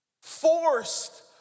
forced